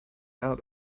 out